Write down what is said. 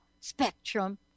spectrum